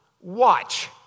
Watch